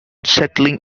settling